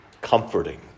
comforting